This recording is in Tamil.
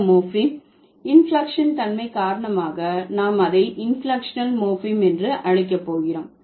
இந்த மோர்பிம் இன்ஃப்ளெக்ஷன் தன்மை காரணமாக நாம் அதை இன்ஃப்ளெக்ஷனல் மோர்பிம் என்று அழைக்க போகிறோம்